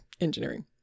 engineering